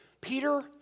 Peter